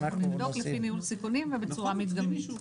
אנחנו נבדוק לפי ניהול סיכונים ובצורה מדגמית.